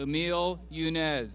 a meal you know